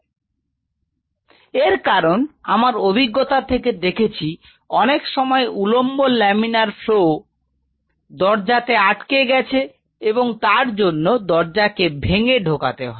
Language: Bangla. এর কারণ Refer Time 1811 আমার অভিজ্ঞতা থেকে দেখেছি অনেক সময় উলম্ব লামিনার ফ্লও টি দরজাতে আটকে গেছে এবং তার জন্য দরজা কে ভেঙে ঢোকাতে হয়